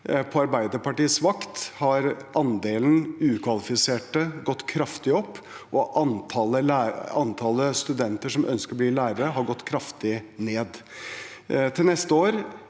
På Arbeiderpartiets vakt har andelen ukvalifiserte gått kraftig opp, og antallet studenter som ønsker å bli lærer, har gått kraftig ned. Til neste år